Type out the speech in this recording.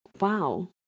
Wow